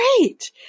great